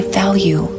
value